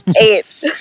Eight